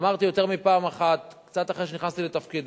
אמרתי יותר מפעם אחת קצת אחרי שנכנסתי לתפקידי,